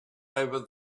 over